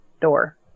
door